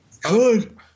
good